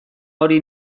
hori